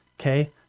Okay